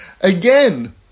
Again